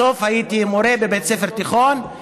בסוף הייתי מורה בבית ספר תיכון,